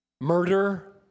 murder